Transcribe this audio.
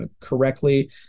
correctly